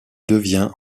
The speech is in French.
devient